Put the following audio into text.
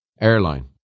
airline